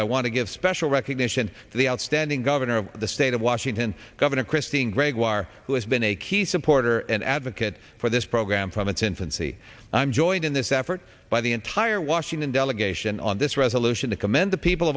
i want to give special recognition to the outstanding governor of the state of washington governor christine gregoire who has been a key supporter and advocate for this program from its infancy i'm joined in this effort by the entire washington delegation on this resolution to commend the people